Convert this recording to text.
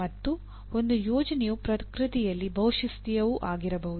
ಮತ್ತು ಒಂದು ಯೋಜನೆಯು ಪ್ರಕೃತಿಯಲ್ಲಿ ಬಹುಶಿಸ್ತೀಯವೂ ಆಗಿರಬಹುದು